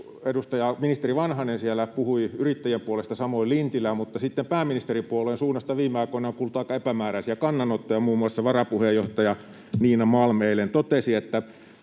Ministeri Vanhanen siellä puhui yrittäjien puolesta, samoin Lintilä, mutta sitten pääministeripuolueen suunnasta viime aikoina on kuultu aika epämääräisiä kannanottoja. Muun muassa varapuheenjohtaja Niina Malm totesi